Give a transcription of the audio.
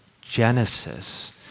Genesis